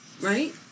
Right